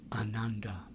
Ananda